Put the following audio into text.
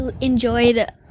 enjoyed